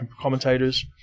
commentators